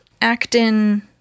acting